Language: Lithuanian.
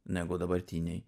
negu dabartiniai